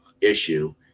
issue